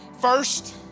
first